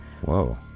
Whoa